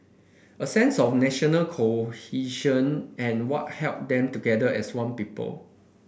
a sense of national cohesion and what held them together as one people